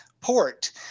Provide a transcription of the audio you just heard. port